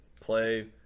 play